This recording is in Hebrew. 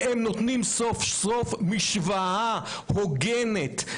הם נותנים סוף-סוף משוואה הוגנת,